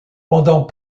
pendant